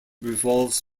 revolves